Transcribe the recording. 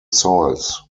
soils